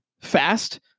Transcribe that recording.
fast